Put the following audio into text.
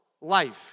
life